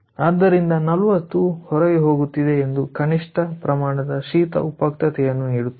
ಆದ್ದರಿಂದ 40 ಹೊರಗೆ ಹೋಗುತ್ತಿದೆ ಅದು ಕನಿಷ್ಠ ಪ್ರಮಾಣದ ಶೀತ ಉಪಯುಕ್ತತೆಯನ್ನು ನೀಡುತ್ತದೆ